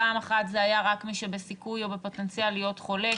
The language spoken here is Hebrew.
פעם אחת זה היה רק מי שבסיכוי או בפוטנציאל להיות חולה,